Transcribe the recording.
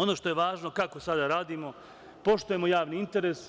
Ono što je važno kako sada radimo, poštujemo javni interes,